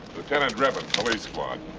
lieutenant drebin, police squad.